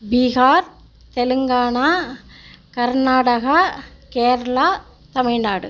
Bihar Telangana Karnataka Kerala Tamil Nadu